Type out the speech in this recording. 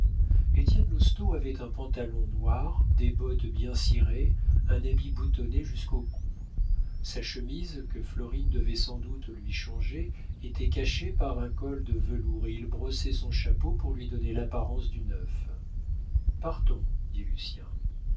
étienne lousteau avait un pantalon noir des bottes bien cirées un habit boutonné jusqu'au cou sa chemise que florine devait sans doute lui changer était cachée par un col de velours et il brossait son chapeau pour lui donner l'apparence du neuf partons dit lucien